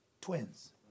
Twins